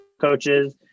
coaches